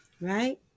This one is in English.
Right